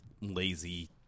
lazy